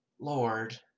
Lord